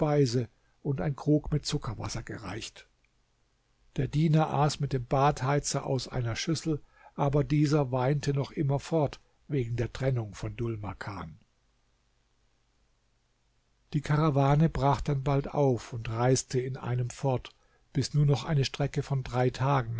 und ein krug mit zuckerwasser gereicht der diener aß mit dem badheizer aus einer schüssel aber dieser weinte noch immerfort wegen der trennung von dhul makan die karawane brach dann bald auf und reiste in einem fort bis nur noch eine strecke von drei tagen